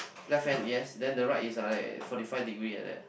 left hand yes then the right is like forty five degree like that